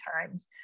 times